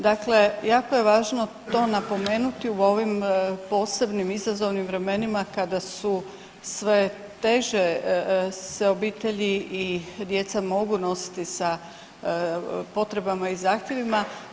Dakle, jako je važno to napomenuti u ovim posebnim izazovnim vremenima kada su sve teže se obitelji i djeca mogu nositi sa potrebama i zahtjevima.